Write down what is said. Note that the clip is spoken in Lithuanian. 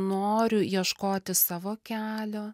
noriu ieškoti savo kelio